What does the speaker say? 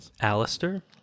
Alistair